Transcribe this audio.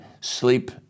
sleep